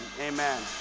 amen